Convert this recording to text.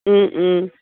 ও ও